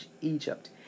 Egypt